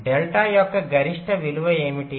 delta యొక్క గరిష్ట విలువ ఏమిటి